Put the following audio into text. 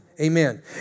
Amen